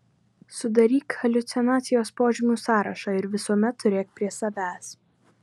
sudaryk haliucinacijos požymių sąrašą ir visuomet turėk prie savęs